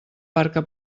barca